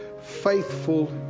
faithful